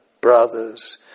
brothers